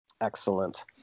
Excellent